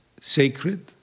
sacred